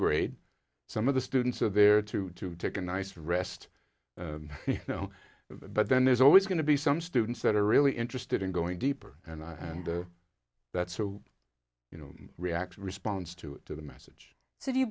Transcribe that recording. grade some of the students are there to to take a nice rest you know but then there's always going to be some students that are really interested in going deeper and i and that's so you know react responds to the message so if you